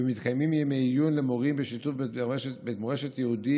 ומתקיימים ימי עיון למורים בשיתוף בית מורשת יהודי